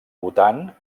bhutan